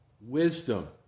wisdom